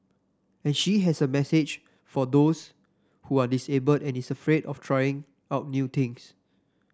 and she has a message for those who are disabled and is afraid of trying out new things